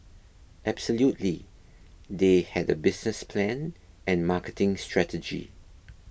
absolutely they had a business plan and marketing strategy